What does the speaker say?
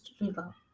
river